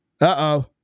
Uh-oh